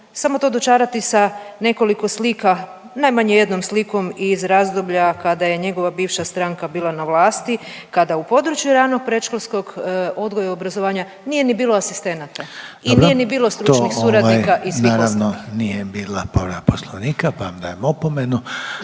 samo to dočarati sa nekoliko slika, najmanje jednom slikom iz razdoblja kada je njegova bivša stranka bila na vlasti, kada u području ranog i predškolskog odgoja i obrazovanja nije ni bilo asistenata. .../Upadica: Dobro./... I nije ni bilo stručnih suradnika i … .../Upadica: To ovaj, naravno …/... i svih ostalih. **Reiner,